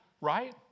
right